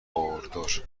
باردار